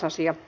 asia